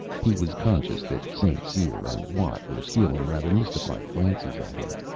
he was conscious that st. cyr and watt were stealing rather mystified glances at him.